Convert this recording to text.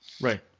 Right